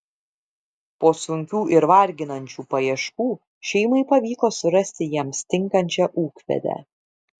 po sunkių ir varginančių paieškų šeimai pavyko surasti jiems tinkančią ūkvedę